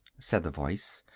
said the voice,